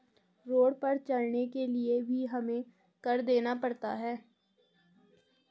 road पर चलने के लिए भी हमें कर देना पड़ता है